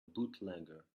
bootlegger